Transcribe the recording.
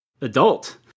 adult